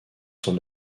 son